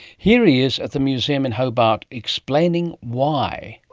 here he is at the museum in hobart explaining why.